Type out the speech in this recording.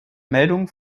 meldungen